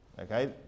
Okay